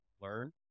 learn